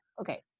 okay